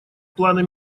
планы